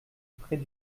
près